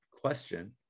question